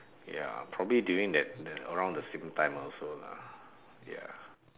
ya probably during that the around the same time also lah ya